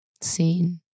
Seen